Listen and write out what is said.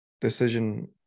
decision